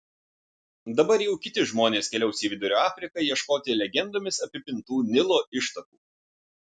dabar jau kiti žmonės keliaus į vidurio afriką ieškoti legendomis apipintų nilo ištakų